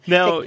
Now